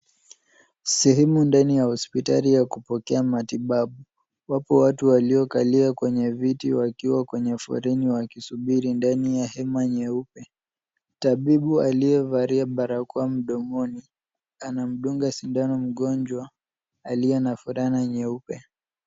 Sehemu ndani ya hospitali ya kupokea matibabu. Wapo watu waliokalia kwenye viti wakiwa kwenye foleni wakisubiri ndani ya hema nyeupe. Tabibu aliyevalia barakoa mdomoni, anamdunga sindano mgonjwa, aliye na fulana nyeupe.